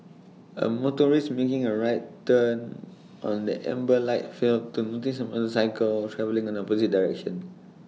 A motorist making A right turn on an amber light failed to notice A motorcycle travelling in the opposite direction